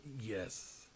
yes